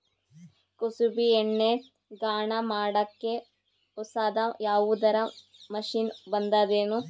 ಕುಸುಬಿ ಎಣ್ಣೆ ಗಾಣಾ ಮಾಡಕ್ಕೆ ಹೊಸಾದ ಯಾವುದರ ಮಷಿನ್ ಬಂದದೆನು?